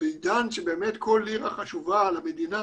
כשבעידן שכל שקל חשוב למדינה,